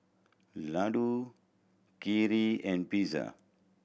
Ladoo Kheer and Pizza